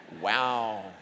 Wow